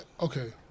okay